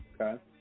okay